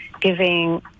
giving